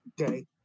Okay